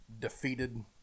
defeated